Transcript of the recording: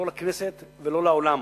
לא לכנסת ולא לעולם.